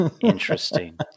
Interesting